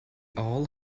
all